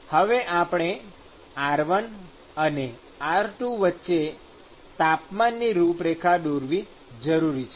હવે આપણે r1 અને r2 વચ્ચે તાપમાનની રૂપરેખા દોરવી જરૂરી છે